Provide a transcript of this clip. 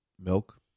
Milk